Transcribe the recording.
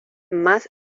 más